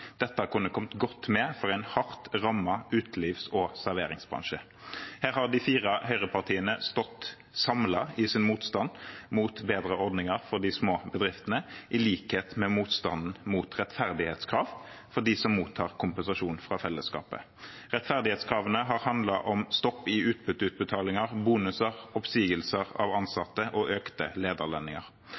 Dette kunne kommet godt med for en hardt rammet utelivs- og serveringsbransje. Her har de fire høyrepartiene stått samlet i sin motstand mot bedre ordninger for de små bedriftene, i likhet med motstanden mot rettferdighetskrav for dem som mottar kompensasjon fra fellesskapet. Rettferdighetskravene har handlet om stopp i utbytteutbetalinger, bonuser, oppsigelser av ansatte og økte